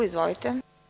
Izvolite.